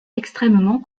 extrêmement